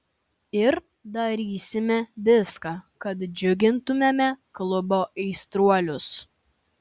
ir darysime viską kad džiugintumėme klubo aistruolius